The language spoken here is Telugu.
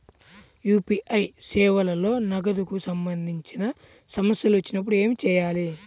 యూ.పీ.ఐ సేవలలో నగదుకు సంబంధించిన సమస్యలు వచ్చినప్పుడు ఏమి చేయాలి?